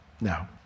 Now